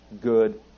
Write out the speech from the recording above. good